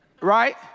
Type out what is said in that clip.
right